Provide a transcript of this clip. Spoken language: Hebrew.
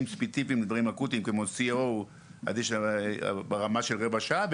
ספציפיים ודברים אקוטיים כמו CO ברמה של רבע שעה.